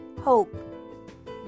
hope